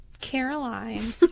Caroline